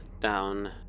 down